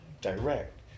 direct